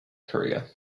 career